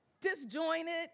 disjointed